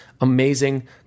amazing